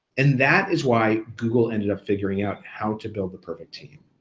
and that is why google ended up figuring out how to build the perfect team.